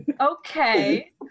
Okay